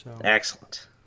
excellent